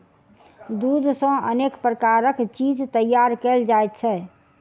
दूध सॅ अनेक प्रकारक चीज तैयार कयल जाइत छै